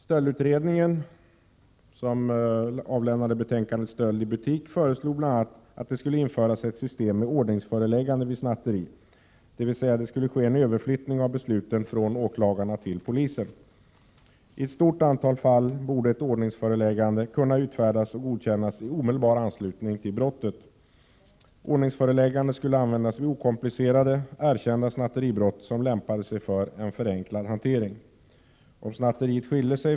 Stöldutredningen, som avlämnade betänkandet Stöld i butik, föreslog bl.a. att det skulle införas ett system med ordningsföreläggande vid snatteri, dvs. det skulle ske en överflyttning av besluten från åklagarna till polisen. I ett stort antal fall borde ett ordningsföreläggande kunna utfärdas och godkännas i omedelbar anslutning till brottet.